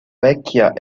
vecchia